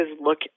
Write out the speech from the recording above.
look